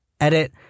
Edit